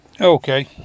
Okay